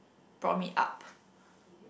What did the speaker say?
brought me up